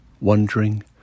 wondering